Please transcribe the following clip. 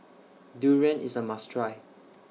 Durian IS A must Try